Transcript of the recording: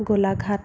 Golaghat